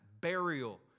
burial